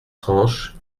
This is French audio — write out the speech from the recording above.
franches